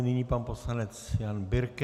Nyní pan poslanec Jan Birke.